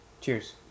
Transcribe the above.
Cheers